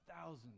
thousands